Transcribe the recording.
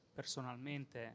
personalmente